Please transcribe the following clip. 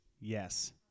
yes